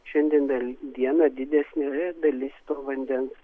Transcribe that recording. šiandien dieną didesnioji dalis to vandens